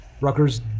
Rutgers